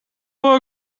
for